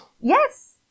yes